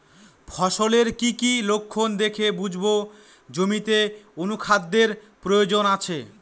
ফসলের কি কি লক্ষণ দেখে বুঝব জমিতে অনুখাদ্যের প্রয়োজন আছে?